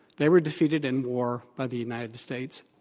they were defeated in war by the united states,